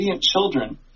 children